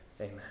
Amen